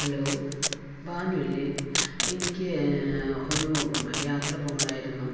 hello ഭാനുവല്ലേ എനിക്ക് ഒരു യാത്ര പോകണമായിരുന്നു